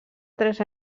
tres